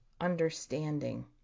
understanding